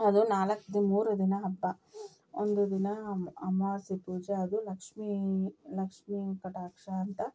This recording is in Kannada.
ಅದು ನಾಲ್ಕು ದಿನ ಮೂರು ದಿನ ಹಬ್ಬ ಒಂದು ದಿನ ಅಮಾವಾಸ್ಯೆ ಪೂಜೆ ಅದು ಲಕ್ಷ್ಮೀ ಲಕ್ಷ್ಮೀ ಕಟಾಕ್ಷ ಅಂತ